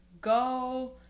go